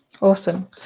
Awesome